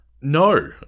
No